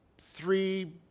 three